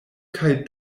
kaj